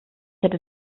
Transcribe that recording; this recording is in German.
hätte